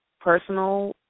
personal